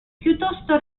piuttosto